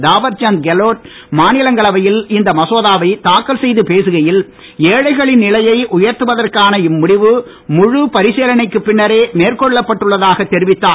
தாவர்சந்த் கெலோட் மாநிலங்களவையில் இந்த மசோதாவை தாக்கல் செய்து பேசுகையில் ஏழைகளின் நிலையை உயர்த்துவதற்கான இம்முடிவு முழு பரிசலனைக்கு பின்னரே மேற்கொள்ளப்பட்டுள்ளதாக தெரிவித்தார்